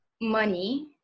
money